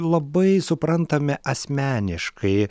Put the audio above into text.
labai suprantame asmeniškai